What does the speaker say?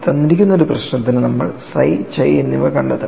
തന്നിരിക്കുന്ന ഒരു പ്രശ്നത്തിന് നമ്മൾ psi chi എന്നിവ കണ്ടെത്തണം